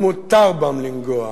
ומותר בם לנגוע,